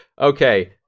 okay